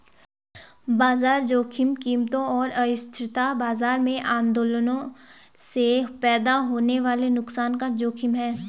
बाजार जोखिम कीमतों और अस्थिरता बाजार में आंदोलनों से पैदा होने वाले नुकसान का जोखिम है